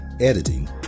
editing